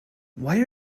why